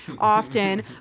often